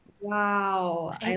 Wow